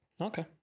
Okay